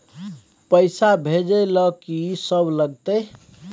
पैसा भेजै ल की सब लगतै?